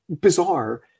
bizarre